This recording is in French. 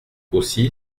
aussi